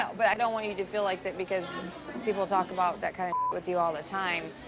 but i don't want you to feel like, that because people talk about that kind of with you all the time,